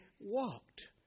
walked